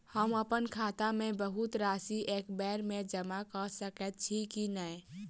हम अप्पन खाता मे बहुत राशि एकबेर मे जमा कऽ सकैत छी की नै?